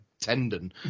tendon